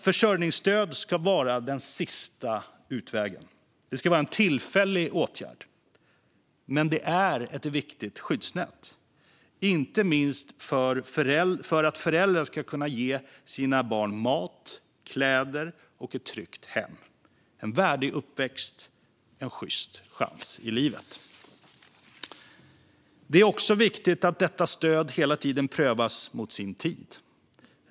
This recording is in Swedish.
Försörjningsstöd ska vara den sista utvägen. Det ska vara en tillfällig åtgärd. Men det är ett viktigt skyddsnät, inte minst för att föräldrar ska kunna ge sina barn mat, kläder, ett tryggt hem, en värdig uppväxt och en sjyst chans i livet. Det är också viktigt att detta stöd hela tiden prövas mot sin tid.